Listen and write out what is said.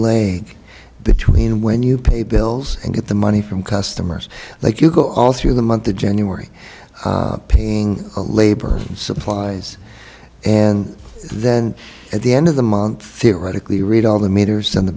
between when you pay bills and get the money from customers like you go all through the month of january paying a labor and supplies and then at the end of the month theoretically read all the meters on the